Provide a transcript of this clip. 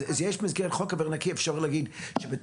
אז במסגרת חוק אוויר נקי אפשר להגיד שבתוך